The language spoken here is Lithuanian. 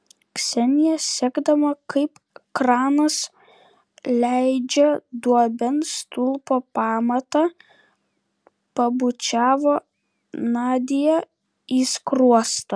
ksenija sekdama kaip kranas leidžia duobėn stulpo pamatą pabučiavo nadią į skruostą